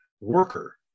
worker